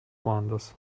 woanders